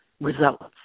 results